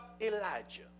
Elijah